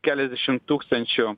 keliasdešimt tūkstančių